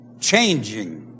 changing